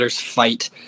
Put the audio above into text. FIGHT